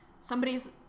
somebody's